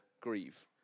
grieve